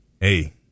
hey